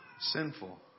sinful